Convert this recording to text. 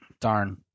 darn